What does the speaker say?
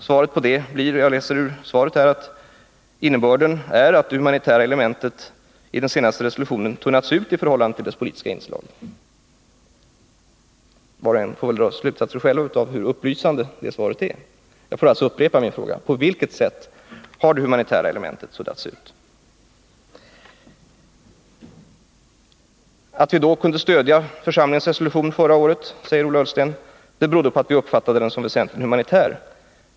Svaret på det blir: ”Innebörden-—-—-—- är att det humanitära elementet i den senaste resolutionen tunnats ut i förhållande till dess politiska inslag.” Var och en får väl själv dra slutsatsen hur upplysande det svaret är. Jag får alltså upprepa min fråga: På vilket sätt har det humanitära elementet tunnats ut? Att vi kunde stödja församlingens resolution förra året, säger Ola Ullsten, beror på att vi uppfattade den som väsentligen humanitär.